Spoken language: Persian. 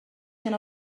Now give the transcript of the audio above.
اینا